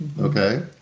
Okay